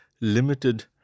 limited